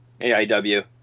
AIW